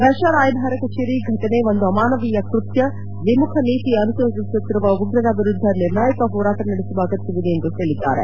Russia ರಾಯಭಾರ ಕಚೇರಿ ಫಟನೆ ಒಂದು ಅಮಾನವೀಯ ಕೃತ್ಯ ದ್ವಿಮುಖ ನೀತಿ ಅನುಸರಿಸುತ್ತಿರುವ ಉಗ್ರರ ವಿರುದ್ದ ನಿರ್ಣಾಯಕ ಹೋರಾಟ ನಡೆಸುವ ಅಗತ್ಯವಿದೆ ಎಂದು ಹೇಳಿದ್ದಾರೆ